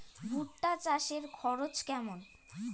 ভুট্টা চাষে খরচ কেমন?